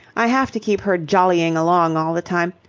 i have to keep her jollying along all the time,